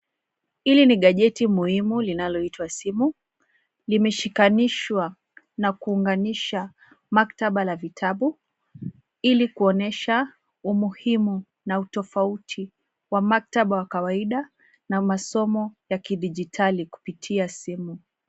Hili ni gajeti muhimu linaloitwa simu. Limeshikanishwa na kuunganisha maktaba la vitabu ili kuonyesha umuhimu na utofauti wa maktaba wa kawaida na masomo ya kidijitali kupitia simu.